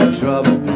trouble